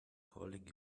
calling